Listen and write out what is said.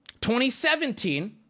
2017